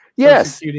Yes